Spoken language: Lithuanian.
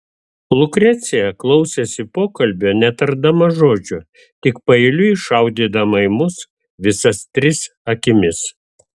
lukrecija klausėsi pokalbio netardama žodžio tik paeiliui šaudydama į mus visas tris akimis